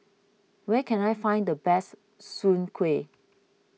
where can I find the best Soon Kuih